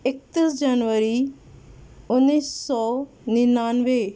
اکتیس جنوری انیس سو ننانوے